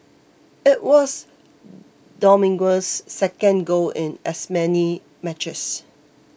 it was Dominguez's second goal in as many matches